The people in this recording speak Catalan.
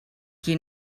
qui